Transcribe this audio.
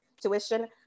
tuition